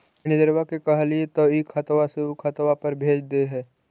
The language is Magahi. मैनेजरवा के कहलिऐ तौ ई खतवा से ऊ खातवा पर भेज देहै?